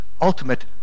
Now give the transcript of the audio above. ultimate